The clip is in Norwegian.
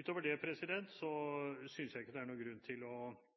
Utover det synes jeg ikke det er noen grunn til å